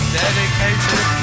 dedicated